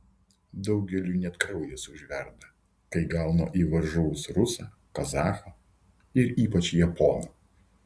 daugeliui net kraujas užverda kai gauna į varžovus rusą kazachą ir ypač japoną